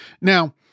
Now